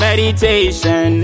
Meditation